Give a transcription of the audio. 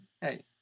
hey